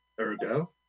ergo